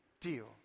deal